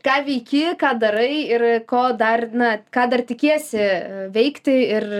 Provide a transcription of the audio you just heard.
ką veiki ką darai ir ko dar na ką dar tikiesi veikti ir